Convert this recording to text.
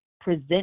present